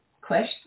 question